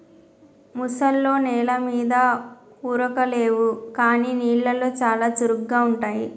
ముసల్లో నెల మీద ఉరకలేవు కానీ నీళ్లలో చాలా చురుగ్గా ఉంటాయి